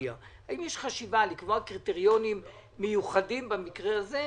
עטיה לקבוע קריטריונים מיוחדים במקרה הזה,